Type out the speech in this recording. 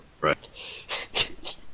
right